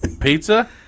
pizza